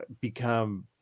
become